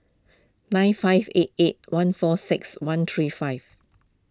nine five eight eight one four six one three five